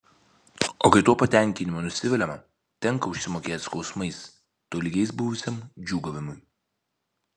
o kai tuo patenkinimu nusiviliama tenką užsimokėti skausmais tolygiais buvusiam džiūgavimui